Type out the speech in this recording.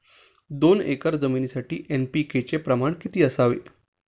दोन एकर जमीनीसाठी एन.पी.के चे प्रमाण किती असावे?